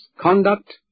conduct